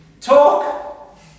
Talk